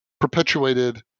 perpetuated